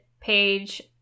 page